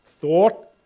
thought